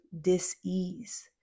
dis-ease